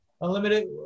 unlimited